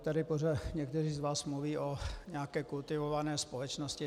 Tady pořád někteří z vás mluví o nějaké kultivované společnosti.